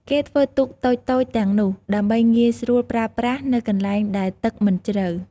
គេធ្វើទូកតូចៗទាំងនោះដើម្បីងាយស្រួលប្រើប្រាស់នៅកន្លែងដែលទឹកមិនជ្រៅ។